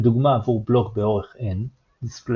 לדוגמה עבור בלוק באורך n \displaystyle